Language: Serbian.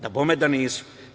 Dabome da nisu.